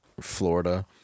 Florida